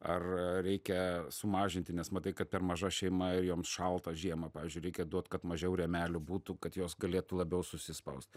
ar reikia sumažinti nes matai kad per maža šeima ir joms šaltą žiemą pavyzdžiui reikia duot kad mažiau rėmelių būtų kad jos galėtų labiau susispaust